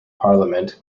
parliament